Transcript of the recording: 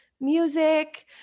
music